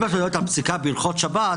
אם את יודעת את הפסיקה בהלכות שבת,